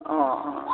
অঁ অঁ